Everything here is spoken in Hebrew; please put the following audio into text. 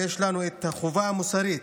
ויש לנו את החובה המוסרית